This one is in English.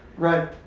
right.